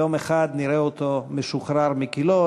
יום אחד נראה אותו משוחרר מכלאו,